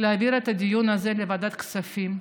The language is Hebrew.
להעביר את הדיון הזה לוועדת הכספים,